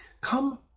Come